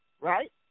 right